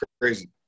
crazy